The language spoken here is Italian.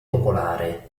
popolare